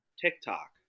TikTok